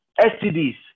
STDs